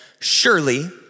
surely